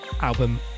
Album